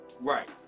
Right